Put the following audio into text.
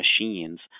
machines